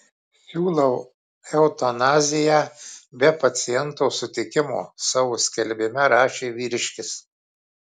siūlau eutanaziją be paciento sutikimo savo skelbime rašė vyriškis